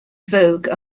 vogue